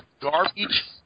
garbage